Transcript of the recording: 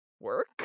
work